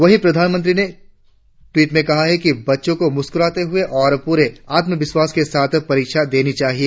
वही प्रधानमंत्री ने टवीट कर कहा है कि बच्चों को मुस्कुराते हुए और पूरे आत्मविश्वास के साथ परीक्षा देनी चाहिए